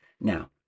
Now